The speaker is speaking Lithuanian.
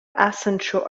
esančių